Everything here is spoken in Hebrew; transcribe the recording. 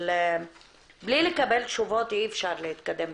אבל בלי לקבל תשובות, אי אפשר להתקדם,